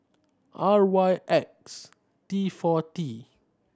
R Y X T four T